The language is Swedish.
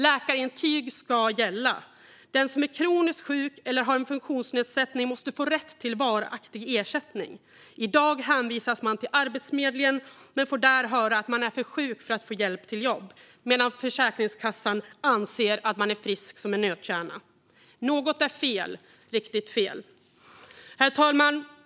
Läkarintyg ska gälla. Den som är kroniskt sjuk eller som har en funktionsnedsättning måste få rätt till varaktig ersättning. I dag hänvisas man till Arbetsförmedlingen men får där höra att man är för sjuk för att få hjälp till jobb medan Försäkringskassan anser att man är frisk som en nötkärna. Något är fel, riktigt fel. Herr talman!